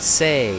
say